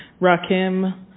Rakim